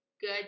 good